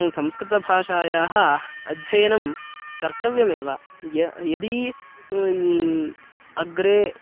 संस्कृतभाषायाः अध्ययनं कर्तव्यमेव य यदि अग्रे